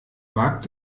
wagt